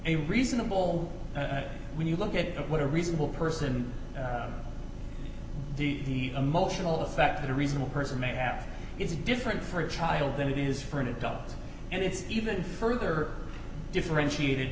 a reasonable when you look at what a reasonable person the emotional effect that a reasonable person may have is different for a child than it is for an adult and it's even further differentiated